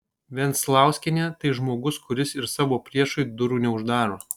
venclauskienė tai žmogus kuris ir savo priešui durų neuždaro